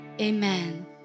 Amen